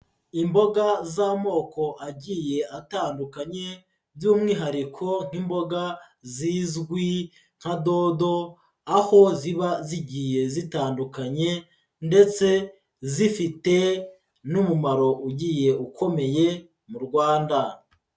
Imboga z'amoko agiye atandukanye, by'umwihariko nk'imboga zizwi nka dodo, aho ziba zigiye zitandukanye ndetse zifite n'umumaro ugiye ukomeye mu Rwanda.